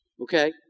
Okay